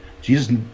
Jesus